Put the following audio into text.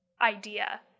idea